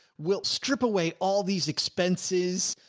we'll strip away all these expenses.